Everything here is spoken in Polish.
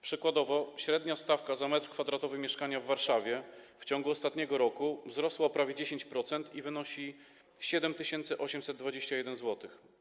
Przykładowo średnia stawka za metr kwadratowy mieszkania w Warszawie w ciągu ostatniego roku wzrosła o prawie 10% i wynosi 7821 zł.